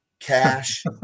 cash